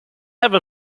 have